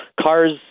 cars